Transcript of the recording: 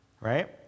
right